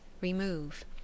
remove